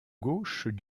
gauche